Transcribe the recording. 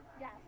Yes